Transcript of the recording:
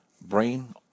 brain